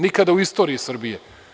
Nikada u istoriji Srbije.